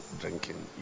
drinking